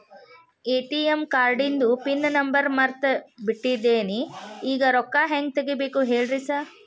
ATM ಕಾರ್ಡಿಂದು pin number ಮರ್ತ್ ಬಿಟ್ಟಿದೇನಿ ಈಗ ರೊಕ್ಕಾ ಹೆಂಗ್ ತೆಗೆಬೇಕು ಹೇಳ್ರಿ ಸಾರ್